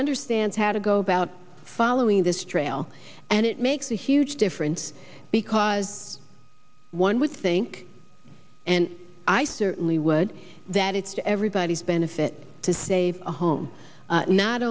understands how to go about following this trail and it makes a huge difference because one would think and i certainly would that it's everybody's benefit to save the home